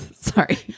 Sorry